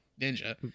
ninja